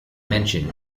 mention